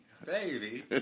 Baby